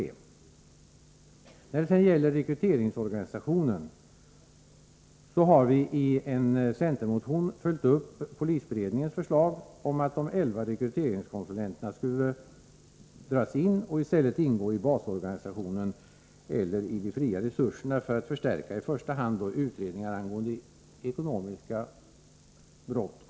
Ai När det sedan gäller, rekryteringsorganisationen har vi i.en sentermotion följtupp, polisberedningens förslag om att; de,11:rekryteringskonsulenterna skulle drasiin.och iställetingå ibasorganisationen eller de fria resurserna för, att,i första hand, förstärka, utredningar angående ekonomiska brott.